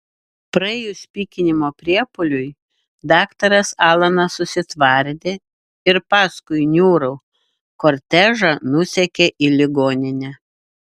praėjus pykinimo priepuoliui daktaras alanas susitvardė ir paskui niūrų kortežą nusekė į ligoninę